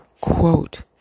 Quote